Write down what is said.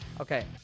Okay